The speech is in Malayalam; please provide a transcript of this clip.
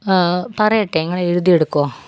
പറയട്ടെ നിങ്ങള് എഴുതിയെടുക്കുമോ